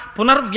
Punar